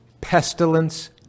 pestilence